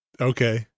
okay